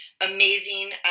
amazing